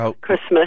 Christmas